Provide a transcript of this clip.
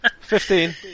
fifteen